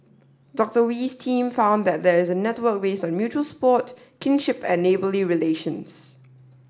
Doctor Wee's team found that there is a network based on mutual support kinship and neighbourly relations